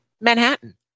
Manhattan